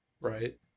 Right